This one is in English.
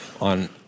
on